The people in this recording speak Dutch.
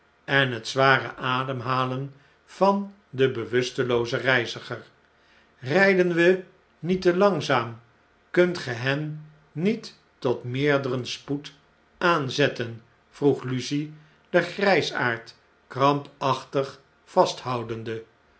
en het zware ademhalen van den bewusteloozen reiziger rjjden wij niette langzaam kuntge hen niet tot meerderen spoed aanzetten vroeg lucie den grjjsaard krampachtig vasthoudenae